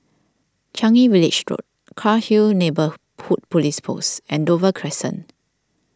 Changi Village Road Cairnhill Neighbourhood Police Post and Dover Crescent